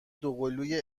دوقلوی